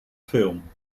film